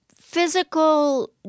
physical